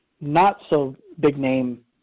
not-so-big-name